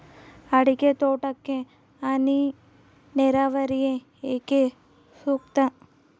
ಅಡಿಕೆ ತೋಟಕ್ಕೆ ಹನಿ ನೇರಾವರಿಯೇ ಏಕೆ ಸೂಕ್ತ?